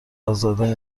ازاده